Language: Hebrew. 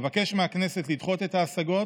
אבקש מהכנסת לדחות את ההשגות